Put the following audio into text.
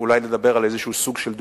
אולי לדבר על איזה סוג של דו-קיום,